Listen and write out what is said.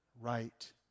right